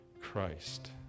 Christ